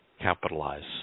Capitalize